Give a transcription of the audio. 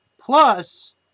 Plus